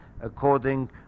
according